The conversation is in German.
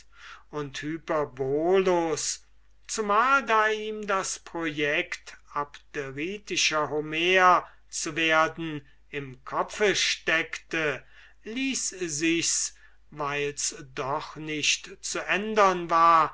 und hyperbolus zumal da ihn das project abderitischer homer zu werden im kopfe stak ließ sichs weil's doch nicht zu ändern war